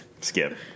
Skip